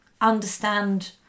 understand